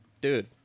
Dude